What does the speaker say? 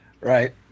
right